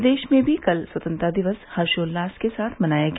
प्रदेश में भी कल स्वतंत्रता दिवस हर्षोल्लास के साथ मनाया गया